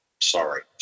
Sorry